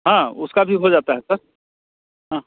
हाँ उसका भी हो जाता है सर हाँ